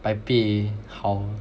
百倍好